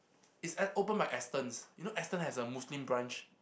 is at opened by Astons you know Astons has a Muslim branch